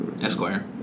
Esquire